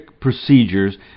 procedures